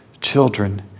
children